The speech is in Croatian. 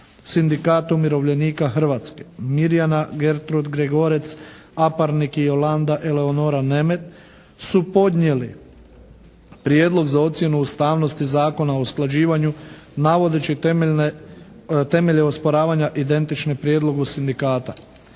Sindikat umirovljenika Hrvatske, Mirjana Gertrud-Gregorec, Aparnik Jolanda, Eleonara Nemet su podnijeli prijedlog za ocjenu ustavnosti Zakona o usklađivanju navodeći temeljne, temelje osporavanja identične prijedlogu Sindikata.